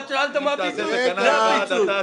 שאלת על מה הפיצוץ, על זה הפיצוץ.